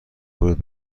ورود